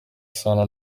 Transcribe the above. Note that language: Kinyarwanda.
isano